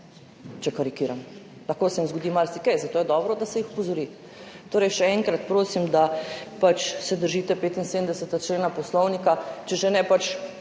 če karikiram, lahko se jim zgodi marsikaj, zato je dobro, da se jih opozori. Še enkrat prosim, da se držite 75. člena Poslovnika, če že ne točno